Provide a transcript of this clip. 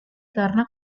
karena